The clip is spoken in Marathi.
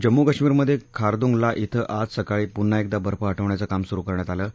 जम्मू काश्मीरमध्ये खारदुंग ला इथं आज सकाळी पुन्हा एकदा बर्फ हा विण्याचं काम सुरू करण्यात आलं आहे